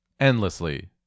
endlessly